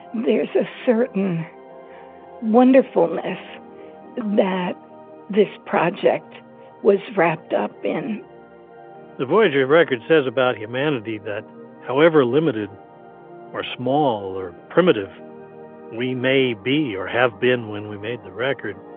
there's a certain wonderfulness that this project was wrapped up in the voyager record says about humanity that however limited or small or primitive we may be or have been when we made the record,